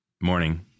Morning